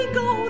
go